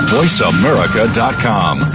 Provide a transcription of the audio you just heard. VoiceAmerica.com